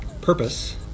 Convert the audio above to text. purpose